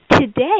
Today